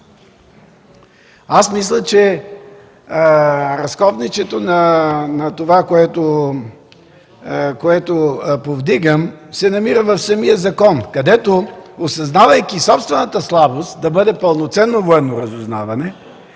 Мисля, че разковничето на това, което повдигам, се намира в самия закон, където осъзнавайки собствената слабост да бъде пълноценно военно разузнаване,